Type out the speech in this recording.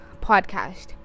podcast